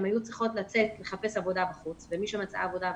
הן היו צריכות לצאת ולחפש עבודה בחוץ ומי שמצאה עבודה בחוץ,